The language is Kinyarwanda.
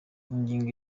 ingingo